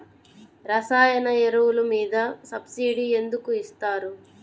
రసాయన ఎరువులు మీద సబ్సిడీ ఎందుకు ఇస్తారు?